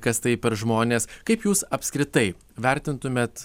kas tai per žmonės kaip jūs apskritai vertintumėt